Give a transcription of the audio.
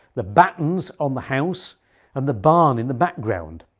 the battens on the house and the barn in the background,